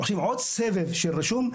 עושים עוד סבב של רישום.